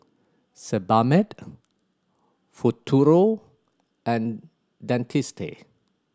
Sebamed Futuro and Dentiste